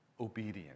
obedient